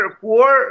poor